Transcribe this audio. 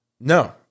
No